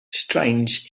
strange